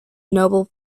nobel